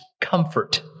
comfort